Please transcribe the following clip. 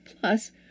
Plus